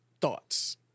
Thoughts